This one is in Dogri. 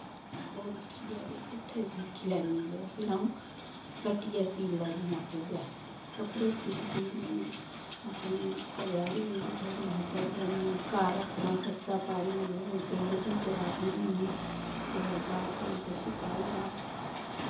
ओह् दिक्खियै ते उ'त्थें दिक्खी लैन्नी ते ओह् फिर अ'ऊं कट्टियै सीऽ लैन्नी आपूं गै कपड़े सीऽ सीऽ में अपने घरे आह्ले गी बी थोह्ड़ी मदद करनी घर अपना खर्चा पानी लून तेल बी चलानी होनी कुदै जागतें ई किश चाहिदा